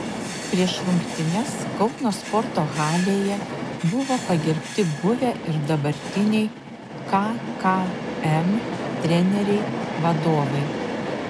prieš rungtynes kauno sporto halėje buvo pagerbti buvę ir dabartiniai kkm treneriai vadovai